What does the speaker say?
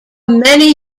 many